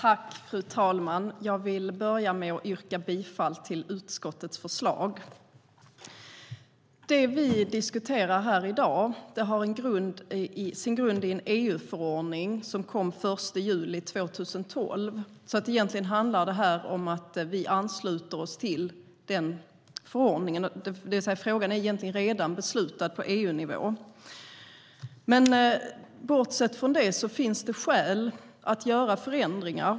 Fru talman! Jag vill börja med att yrka bifall till utskottets förslag. Det som vi diskuterar här i dag har sin grund i en EU-förordning som kom den 1 juli 2012. Egentligen handlar det här om att vi ansluter oss till den förordningen. Frågan är alltså egentligen redan beslutad på EU-nivå. Bortsett från detta finns det skäl att göra förändringar.